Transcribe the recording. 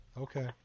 Okay